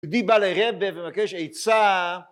יהודי בא לרבי ומבקש עיצה